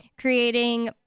creating